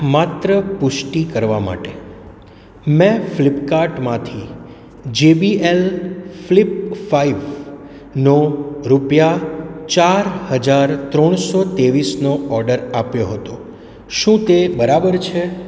માત્ર પુષ્ટિ કરવા માટે મેં ફ્લીપકાર્ટ માંથી જેબીએલ ફ્લિપ પાંચનો રૂપીયા ચાર હજાર ત્રેવીસનો ઓર્ડર આપ્યો હતો શું તે બરાબર છે